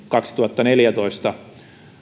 kaksituhattaneljätoista